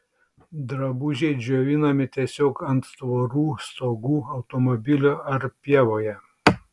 drabužiai džiovinami tiesiog ant tvorų stogų automobilių ar pievoje